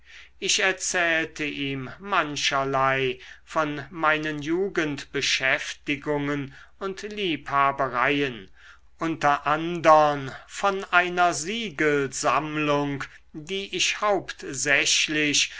ich erzählte ihm mancherlei von meinen jugendbeschäftigungen und liebhabereien unter andern von einer siegelsammlung die ich hauptsächlich